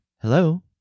Hello